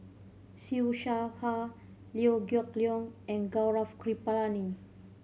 Siew Shaw Her Liew Geok Leong and Gaurav Kripalani